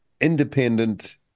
independent